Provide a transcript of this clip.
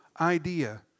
idea